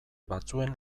batzuen